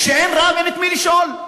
כשאין רב, אין את מי לשאול.